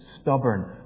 stubborn